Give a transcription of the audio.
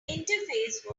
interface